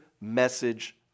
message